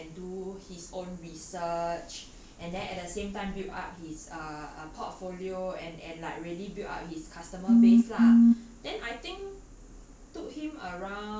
so what he did was he went and do his own research and then at the same time build up his err err portfolio and and like really build up its customer base lah then I think